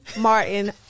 Martin